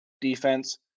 defense